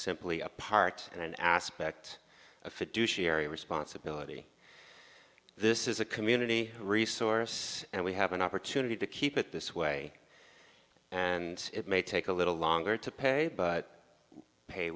simply a part and aspect of fiduciary responsibility this is a community resource and we have an opportunity to keep it this way and it may take a little longer to pay but